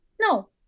No